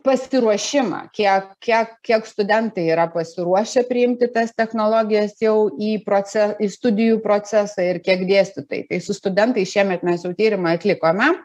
pasiruošimą kiek kiek kiek studentai yra pasiruošę priimti tas technologijas jau į proce į studijų procesą ir kiek dėstytojai su studentais šiemet mes jau tyrimą atlikome